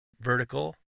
vertical